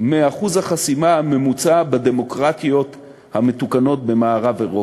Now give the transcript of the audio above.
מאחוז החסימה הממוצע בדמוקרטיות המתוקנות במערב-אירופה.